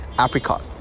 apricot